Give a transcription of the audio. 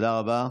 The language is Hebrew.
תודה רבה.